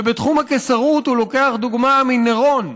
ובתחום הקיסרות הוא לוקח דוגמה מנירון,